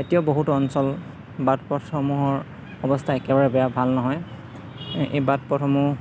এতিয়া বহুত অঞ্চল বাট পথসমূহৰ অৱস্থা একেবাৰে বেয়া ভাল নহয় এই বাট পথসমূহ